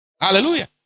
Hallelujah